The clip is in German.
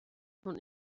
von